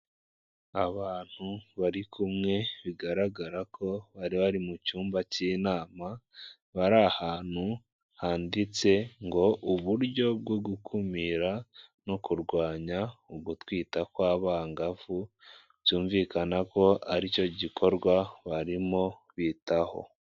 Abantu barikumwe bigaragara ko bari bari mu cyumba cy'inama bari ahantu handitse ngo uburyo bwo gukumira no kurwanya ugutwita kw'abangavu, byumvikana ko aricyo gikorwa barimo bitaho.